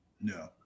No